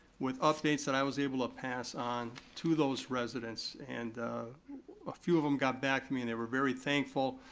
with updates that i was able to pass on to those residents, and a few of them got back to me and they were very thankful,